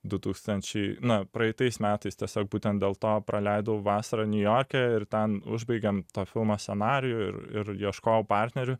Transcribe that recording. du tūkstančiai na praeitais metais tiesiog būtent dėl to praleidau vasarą niujorke ir ten užbaigėm to filmo scenarijų ir ir ieškojau partnerių